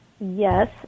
Yes